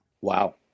Wow